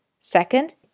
Second